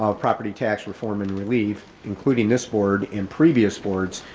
ah property tax reform and relief, including this board in previous boards,